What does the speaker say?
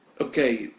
Okay